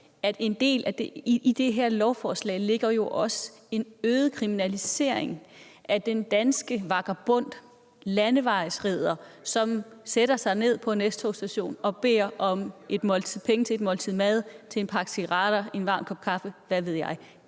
af det her lovforslag jo også betyder en øget kriminalisering af den danske vagabond, landevejsridder, som sætter sig ned på en S-togsstation og beder om penge til et måltid mad, en pakke cigaretter, en kop kaffe, hvad ved jeg.